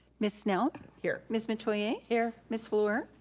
miss snell. here. miss metoyer. here. miss fluor.